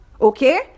Okay